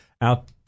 out